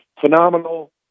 phenomenal